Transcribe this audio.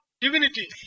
divinity